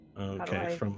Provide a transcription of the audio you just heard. Okay